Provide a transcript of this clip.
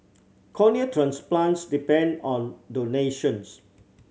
cornea transplants depend on donations